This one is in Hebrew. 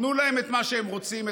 תנו להם את מה שהם רוצים,